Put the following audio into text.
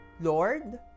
Lord